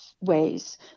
ways